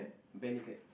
bare naked